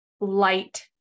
light